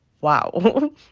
Wow